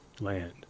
land